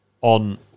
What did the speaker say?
on